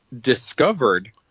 Discovered